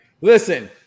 Listen